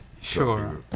Sure